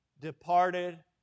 departed